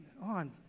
on